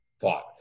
thought